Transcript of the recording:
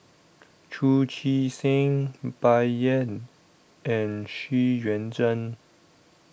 Chu Chee Seng Bai Yan and Xu Yuan Zhen